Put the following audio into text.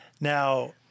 now